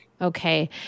Okay